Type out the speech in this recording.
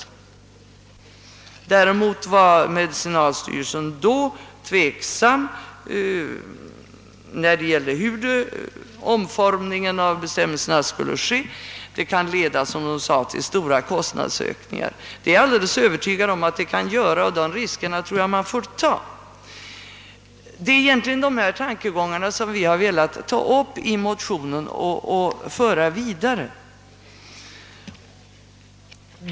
Däremot var medicinalstyrelsen tveksam om hur utformningen av bestämmelserna borde ske; man befarade stora kostnadsökningar. Jag är också övertygad om att bestämmelserna kan leda till kostnadsökningar, men den risken får vi ta. Det är dessa tankegångar vi har velat aktualisera i motionen och föra vidare.